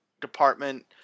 department